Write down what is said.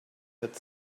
had